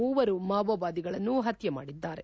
ಮೂವರು ಮಾವೋವಾದಿಗಳನ್ನು ಹತ್ಯೆ ಮಾಡಿದ್ದಾರೆ